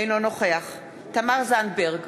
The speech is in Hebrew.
אינו נוכח תמר זנדברג,